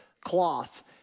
cloth